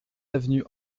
avenue